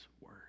Word